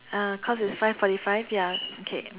ah cause it's five forty five ya okay